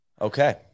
Okay